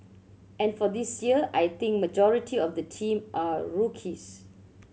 and for this year I think majority of the team are rookies